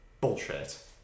bullshit